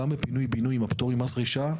גם בפינוי בינוי עם הפטור ממס רכישה,